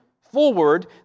forward